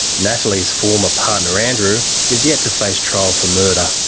natalie's former partner, andrew, is yet to fact trial for murder.